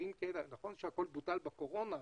נכון שהכול בוטל בקורונה,